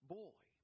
boy